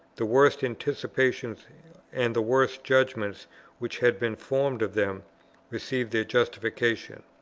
the worst anticipations and the worst judgments which had been formed of them received their justification.